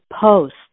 post